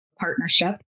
partnership